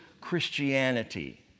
christianity